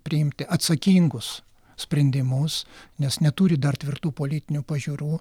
priimti atsakingus sprendimus nes neturi dar tvirtų politinių pažiūrų